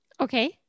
okay